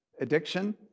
addiction